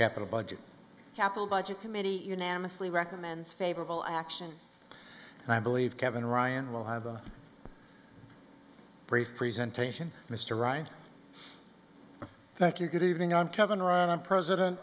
capital budget capital budget committee unanimously recommends favorable action and i believe kevin ryan will have a great present asian mr right thank you good evening i'm kevin ryan i'm president